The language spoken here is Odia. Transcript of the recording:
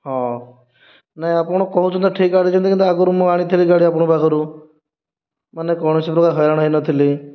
ହଁ ନାଇଁ ଆପଣ କହୁଛନ୍ତି ନା ଠିକ ଗାଡ଼ି ଅଛି କିନ୍ତୁ ଆଗରୁ ମୁଁ ଆଣିଥିଲି ଗାଡ଼ି ଆପଣଙ୍କ ପାଖରୁ ମାନେ କୌଣସି ପ୍ରକାର ହଇରାଣ ହୋଇନଥିଲି